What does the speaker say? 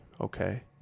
Okay